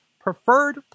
preferred